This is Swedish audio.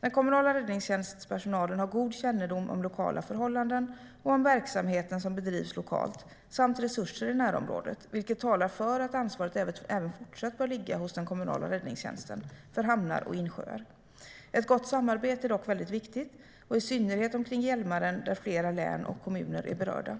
Den kommunala räddningstjänstpersonalen har god kännedom om lokala förhållanden och om verksamhet som bedrivs lokalt samt resurser i närområdet, vilket talar för att ansvaret även i fortsättningen bör ligga hos den kommunala räddningstjänsten för hamnar och insjöar. Ett gott samarbete är dock viktigt, i synnerhet omkring Hjälmaren där flera län och kommuner är berörda.